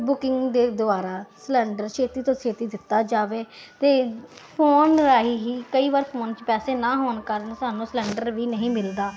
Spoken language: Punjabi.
ਬੁਕਿੰਗ ਦੇ ਦੁਆਰਾ ਸਲੰਡਰ ਛੇਤੀ ਤੋਂ ਛੇਤੀ ਦਿੱਤਾ ਜਾਵੇ ਅਤੇ ਫੋਨ ਰਾਹੀਂ ਹੀ ਕਈ ਵਾਰ ਫੋਨ 'ਚ ਪੈਸੇ ਨਾ ਹੋਣ ਕਾਰਨ ਸਾਨੂੰ ਸਲੰਡਰ ਵੀ ਨਹੀਂ ਮਿਲਦਾ